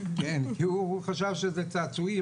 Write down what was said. הוא חשב שזה צעצועים,